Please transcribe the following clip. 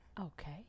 Okay